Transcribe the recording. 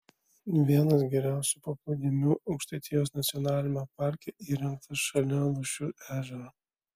vienas geriausių paplūdimių aukštaitijos nacionaliniame parke įrengtas šalia lūšių ežero